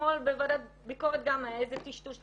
אתמול בוועדת ביקורת גם היה איזה טשטוש,